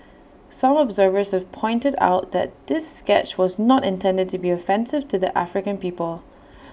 some observers have pointed out that this sketch was not intended to be offensive to the African people